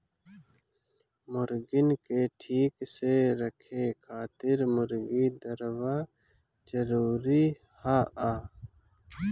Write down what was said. मुर्गीन के ठीक से रखे खातिर मुर्गी दरबा जरूरी हअ